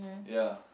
ya